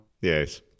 Yes